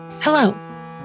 Hello